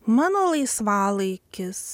mano laisvalaikis